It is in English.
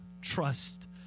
trust